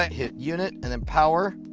hit unit and then power,